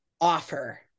offer